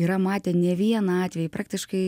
yra matę ne vieną atvejį praktiškai